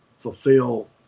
fulfill